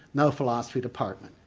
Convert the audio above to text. no philosophy department.